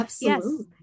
Yes